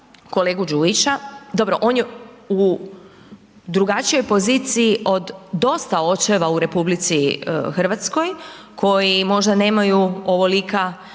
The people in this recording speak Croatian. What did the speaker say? kolegu Đujića, dobro on je u drugačijoj poziciji od dosta očeva u Republici Hrvatskoj koji možda nemaju ovolika,